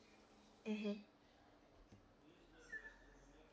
mmhmm